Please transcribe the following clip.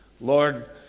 Lord